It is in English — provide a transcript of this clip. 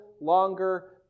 longer